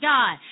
God